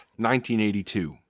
1982